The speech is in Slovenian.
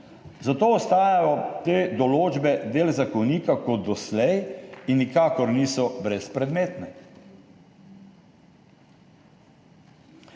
Zato ostajajo te določbe del zakonika kot doslej in nikakor niso brezpredmetne.